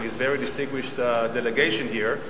and his very distinguished delegation here,